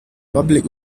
public